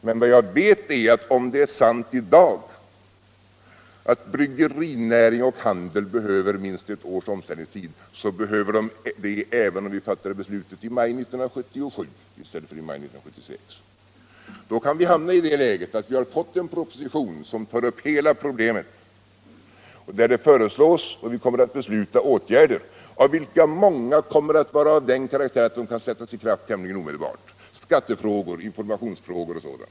Vad jag emellertid vet är, att om det är sant att bryggerinäringen och handeln i dag behöver minst ett års omställningstid, så behöver de det även om vi fattar beslut i maj 1977 i stället för i maj 1976. Och då kan vi hamna i det läget att vi har fått en proposition som tar upp hela problemet och där det föreslås åtgärder — som vi kommer att besluta om — av vilka många kommer att vara av den karaktären att de kan sättas i kraft tämligen omedelbart, t.ex. skattefrågor, informationsfrågor osv.